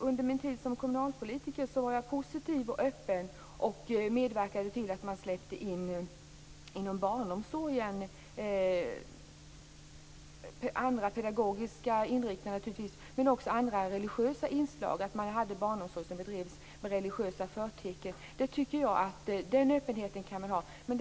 Under min tid som kommunalpolitiker var jag positiv och öppen och medverkade till att man i barnomsorgen släppte in andra pedagogiska inriktningar och andra religiösa inslag. Det fanns barnomsorg som bedrevs med religiösa förtecken. Den öppenheten kan man ha.